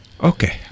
Okay